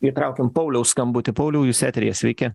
įtraukiam pauliaus skambutį pauliau jus eteryje sveiki